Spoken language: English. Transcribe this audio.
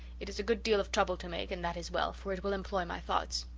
it is a good deal of trouble to make, and that is well, for it will employ my thoughts.